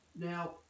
Now